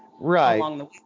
Right